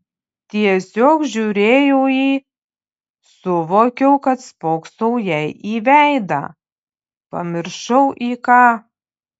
tiesiog žiūrėjau į suvokiau kad spoksau jai į veidą pamiršau į ką